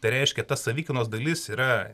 tai reiškia ta savikainos dalis yra